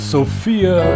Sophia